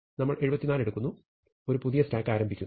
നമ്മൾ 74 എടുക്കുന്നു ഒരു പുതിയ സ്റ്റാക്ക് ആരംഭിക്കുന്നു